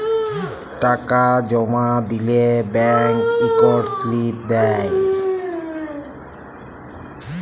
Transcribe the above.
টাকা জমা দিলে ব্যাংক ইকট সিলিপ দেই